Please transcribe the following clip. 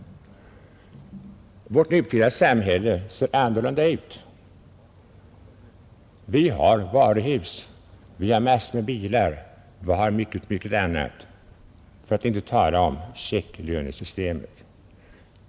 Vårt samhälle ser annorlunda ut i dag än det gjorde förr. Vi har varuhus, massor med bilar och mycket annat — för att inte tala om checklönesystemet.